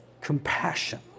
Compassion